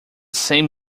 same